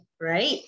right